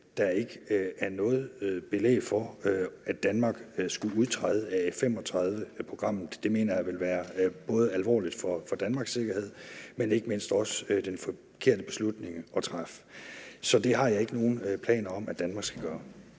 at der ikke er noget belæg for, at Danmark skulle udtræde af F-35-programmet. Det mener jeg ville være alvorligt, både for Danmarks sikkerhed, men ikke mindst også, fordi det ville være den forkerte beslutning at træffe. Så det har jeg ikke nogen planer om at Danmark skal gøre.